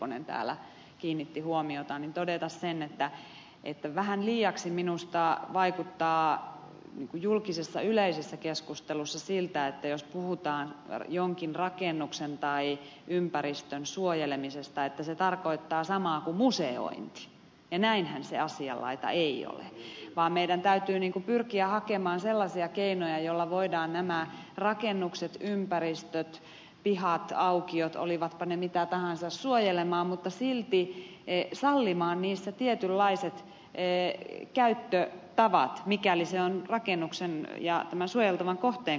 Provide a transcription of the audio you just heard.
nepponen täällä kiinnitti huomiota todeta sen että vähän liiaksi minusta vaikuttaa julkisessa yleisessä keskustelussa siltä että jos puhutaan jonkin rakennuksen tai ympäristön suojelemisesta niin se tarkoittaa samaa kuin museointi ja näinhän se asianlaita ei ole vaan meidän täytyy pyrkiä hakemaan sellaisia keinoja joilla voidaan nämä rakennukset ympäristöt pihat aukiot olivatpa ne mitä tahansa suojelemaan mutta silti sallimaan niissä tietynlaiset käyttötavat mikäli se on tämän suojeltavan kohteen kannalta mahdollista